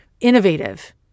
innovative